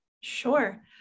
Sure